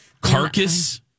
carcass